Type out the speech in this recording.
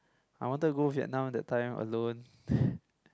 I wanted to go Vietnam that time alone